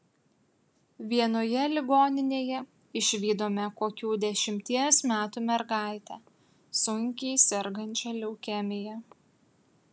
vienoje ligoninėje išvydome kokių dešimties metų mergaitę sunkiai sergančią leukemija